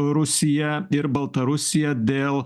rusija ir baltarusija dėl